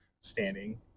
standing